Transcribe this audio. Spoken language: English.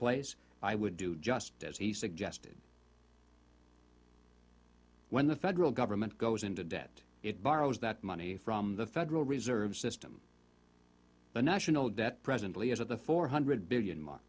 place i would do just as he suggested when the federal government goes into debt it borrows that money from the federal reserve system the national debt presently is at the four hundred billion mark